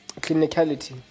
clinicality